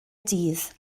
dydd